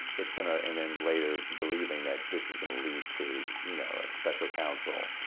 it's going to and then later, believing that this is going to lead to you know a special counsel.